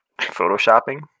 Photoshopping